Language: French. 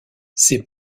ses